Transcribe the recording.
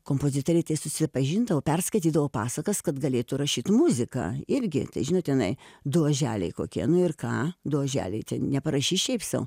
kompozitoriai susipažindavo perskaitydavo pasakas kad galėtų rašyt muziką irgi žinot tenai du oželiai kokie nu ir ką du oželiai ten neparašys šiaip sau